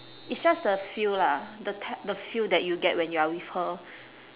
is just a feel lah the t~ the feel that you get when you are with her